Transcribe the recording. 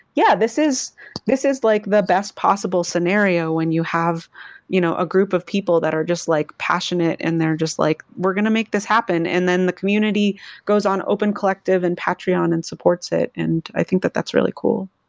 yeah, this is this is like the best possible scenario when you have you know a group of people that are just like passionate and they're just like, we're going to make this happen and then the community goes on open collective and patreon and supports it and i think that that's really cool